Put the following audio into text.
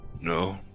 No